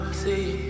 see